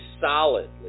solidly